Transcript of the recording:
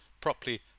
properly